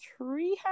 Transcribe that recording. Treehouse